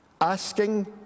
asking